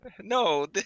no